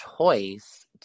choice